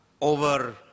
over